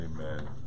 Amen